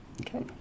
Okay